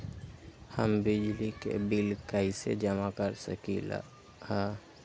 हम बिजली के बिल कईसे जमा कर सकली ह?